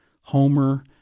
Homer